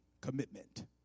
commitment